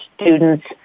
students